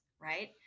right